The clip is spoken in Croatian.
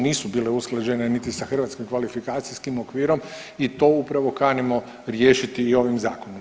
Nisu bile usklađene niti sa hrvatskim kvalifikacijskim okvirom i to upravo kanimo riješiti ovim zakonom.